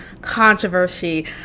controversy